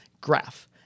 graph